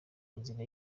nzira